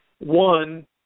one